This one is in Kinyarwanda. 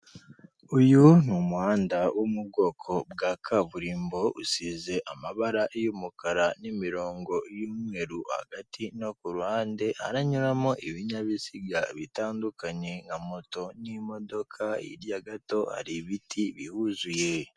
Uyu umuhanda wo mu bwoko bwa kaburimbo usize amabara y'mukara n'imirongo y'umweru hagati no kuruhande aranyuramo ibinyabiziga bitandukanye, nka moto n'imodoka hirya gato hari ibiti bihuzuye.